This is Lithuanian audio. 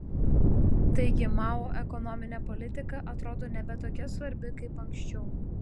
taigi mao ekonominė politika atrodo nebe tokia svarbi kaip anksčiau